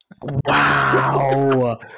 Wow